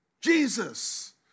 Jesus